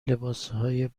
لباسهای